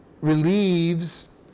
relieves